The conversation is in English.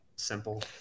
simple